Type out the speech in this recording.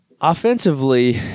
offensively